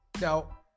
now